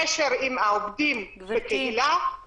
קשר עם העובדים בקהילה,